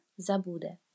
zabude